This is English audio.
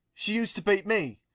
she used to beat me.